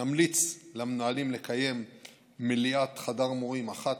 נמליץ למנהלים לקיים מליאת חדר מורים אחת